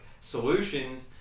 solutions